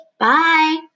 Bye